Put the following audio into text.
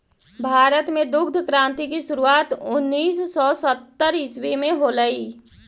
भारत में दुग्ध क्रान्ति की शुरुआत उनीस सौ सत्तर ईसवी में होलई